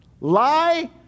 Lie